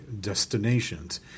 destinations